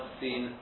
seen